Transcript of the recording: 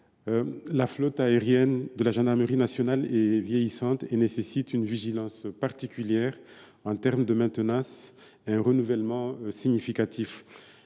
la flotte aérienne de la gendarmerie nationale est vieillissante : elle requiert une vigilance particulière en termes de maintenance et nécessite un renouvellement significatif.